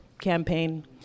campaign